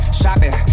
shopping